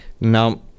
Now